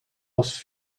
was